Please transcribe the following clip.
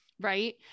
Right